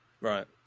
right